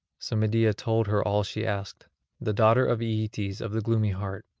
so medea told her all she asked the daughter of aeetes of the gloomy heart,